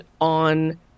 on